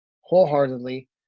wholeheartedly